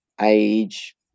age